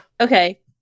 Okay